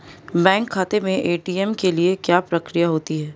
Bank खाते में ATM के लिए क्या प्रक्रिया होती है?